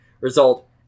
Result